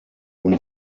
und